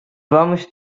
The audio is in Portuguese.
vamos